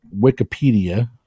Wikipedia